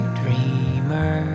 dreamer